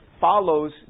follows